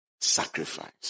sacrifice